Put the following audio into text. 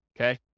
Okay